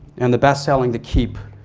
and the bestselling the keep.